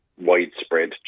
widespread